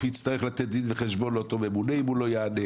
יצטרך לתת דין וחשבון לאותו ממונה אם הוא לא יענה.